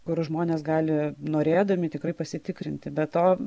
kur žmonės gali norėdami tikrai pasitikrinti be to